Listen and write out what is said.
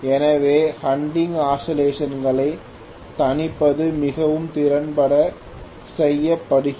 எனவே hunting oscillation களைத் தணிப்பது மிகவும் திறம்பட செய்யப்படுகிறது